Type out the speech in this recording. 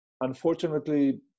unfortunately